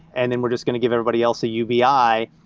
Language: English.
and then we're just going to give everybody else a uvi.